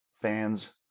fans